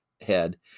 head